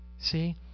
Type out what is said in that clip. See